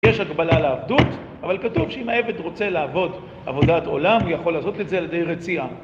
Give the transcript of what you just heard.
יש הגבלה על העבדות, אבל כתוב שאם העבד רוצה לעבוד עבודת עולם הוא יכול לעשות את זה על ידי רציעה.